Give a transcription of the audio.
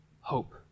hope